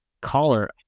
caller